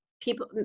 people